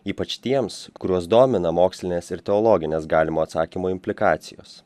ypač tiems kuriuos domina mokslinės ir teologinės galimo atsakymo implikacijos